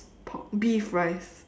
pork beef rice